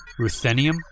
Ruthenium